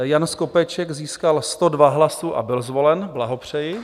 Jan Skopeček získal 102 hlasy a byl zvolen, blahopřeji.